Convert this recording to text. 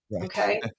okay